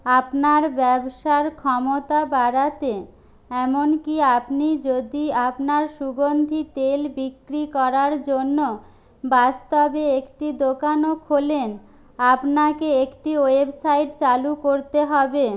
আপনার ব্যবসার ক্ষমতা বাড়াতে এমনকি আপনি যদি আপনার সুগন্ধী তেল বিক্রি করার জন্য বাস্তবে একটি দোকানও খোলেন আপনাকে একটি ওয়েবসাইট চালু করতে হবে